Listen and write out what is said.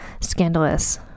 scandalous